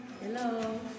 Hello